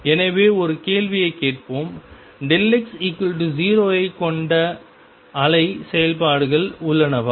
எனவே ஒரு கேள்வியைக் கேட்போம் x0 ஐக் கொண்ட அலை செயல்பாடுகள் உள்ளனவா